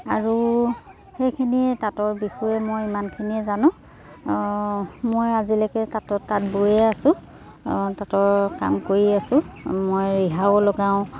আৰু সেইখিনিয়ে তাঁতৰ বিষয়ে মই ইমানখিনিয়ে জানো মই আজিলৈকে তাঁতত তাঁত বৈয়ে আছোঁ তাঁতৰ কাম কৰি আছোঁ মই ৰিহাও লগাওঁ